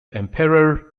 emperor